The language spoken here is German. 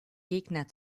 gegner